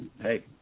hey